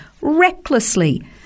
recklessly